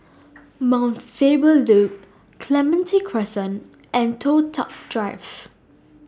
Mount Faber Loop Clementi Crescent and Toh Tuck Drive